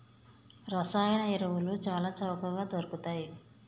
రసాయన ఎరువులు చాల చవకగ దొరుకుతయ్